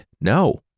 No